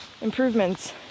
improvements